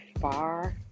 far